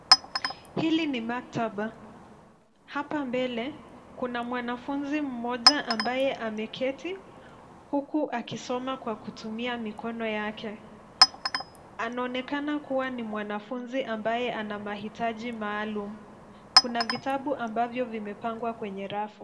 Hili ni maktaba .Hapa mbele kuna mwanafunzi mmoja ambaye ameketi, huku akisoma kwa kutumia mikono yake. Anaonekana kuwa ni mwanafunzi ambaye ana mahitaji maalum. Kuna vitabu ambavyo vimepangwa kwenye rafu.